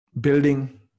building